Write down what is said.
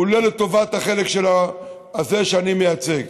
הוא לא לטובת החלק הזה שאני מייצג.